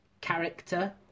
character